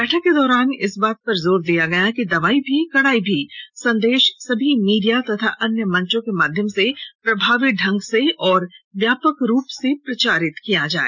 बैठक के दौरान इस बात पर जोर दिया गया कि दवाई भी कड़ाई भी संदेश सभी मीडिया तथा अन्य मंचों के माध्यम से प्रभावी ढंग से और व्यापक रूप से प्रचारित किया जाए